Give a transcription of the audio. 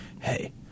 hey